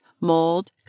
mold